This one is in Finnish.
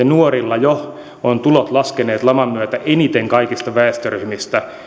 nuorilla tulot ovat laskeneet jo laman myötä eniten kaikista väestöryhmistä